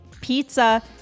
pizza